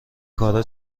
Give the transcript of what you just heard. کارا